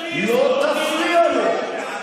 לא תפריע לו.